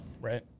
Right